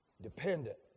dependent